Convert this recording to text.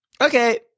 Okay